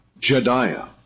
Jediah